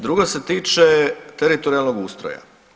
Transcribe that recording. Druga se tiče teritorijalnog ustroja.